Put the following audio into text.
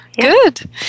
Good